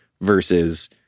versus